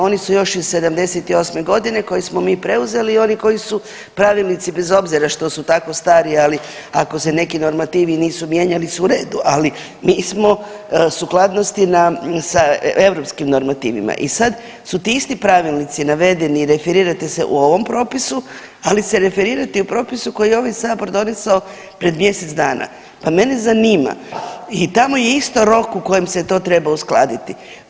Oni su još iz 78.godine koje smo mi preuzeli i oni koji su Pravilnici bez obzira što su tako stari ali ako se neki normativi nisu mijenjali su u redu, ali mi smo sukladnosti sa Europskim normativima i sad su ti isti Pravilnici navedeni referirajte se u ovom propisu, ali se referirajte i u propisu koji je ovaj Sabor donesao pred mjesec dana, pa mene zanima, i tamo je isto rok u kojem se to treba uskladiti.